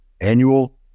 annual